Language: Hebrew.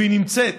והיא נמצאת.